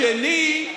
השני,